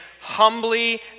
humbly